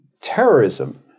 terrorism